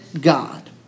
God